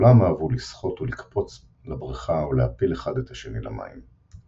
וכלם אהבו לשחות ולקפץ לברכה ולהפיל אחד את השני למים.